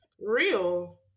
real